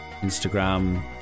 instagram